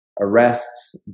arrests